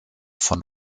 von